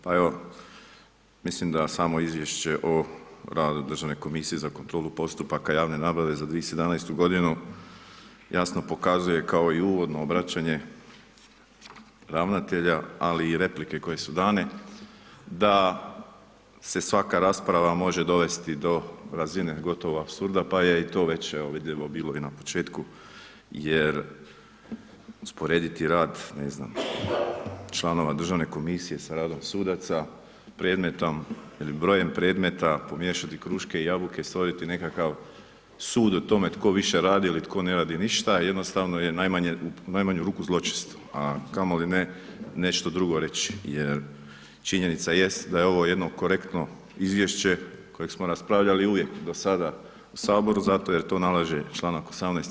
Pa evo, mislim da samo izvješće o radu Državne komisije za kontrolu postupaka javne nabave za 2017. godinu javno pokazuje, kao i uvodno obraćanje ravnatelja, ali i replike koje su dane, da se svaka rasprava može dovesti do razine gotovo apsurda, pa je i to već, evo, vidljivo bilo i na početku jer usporediti rad, ne znam, članova državne komisije sa radom sudaca, predmetom ili brojem predmeta, pomiješati kruške i jabuke, stvoriti nekakav sud o tome, tko više radi ili tko ne radi ništa, jednostavno je najmanju ruku zločest, a kamoli ne nešto drugo reći jer činjenica jest da je ovo jedno korektno izvješće kojeg smo raspravljali uvijek do sada u Saboru zato jer to nalaže članak 18.